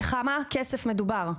בכמה כסף מדובר?